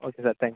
okay sir thank